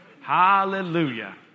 Hallelujah